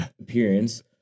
appearance